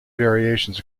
variations